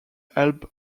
help